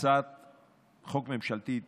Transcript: הצעת חוק ממשלתית